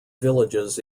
villages